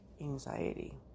anxiety